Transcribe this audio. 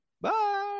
bye